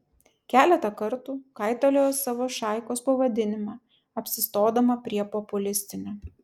keletą kartų kaitaliojo savo šaikos pavadinimą apsistodama prie populistinio